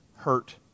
Hurt